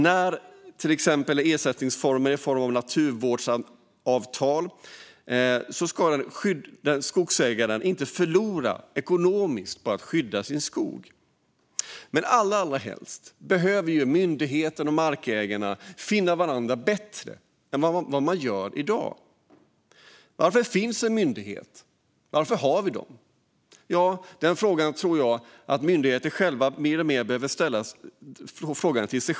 När till exempel naturvårdsavtal ingås ska skogsägaren inte förlora ekonomiskt på att skydda sin skog. Det bästa vore förstås om myndigheter och markägare kunde finna varandra bättre än i dag. Varför har vi myndigheter? Den frågan borde nog myndigheterna ställa sig själva lite oftare.